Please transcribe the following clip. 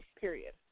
period